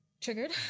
triggered